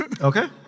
Okay